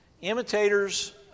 Imitators